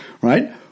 Right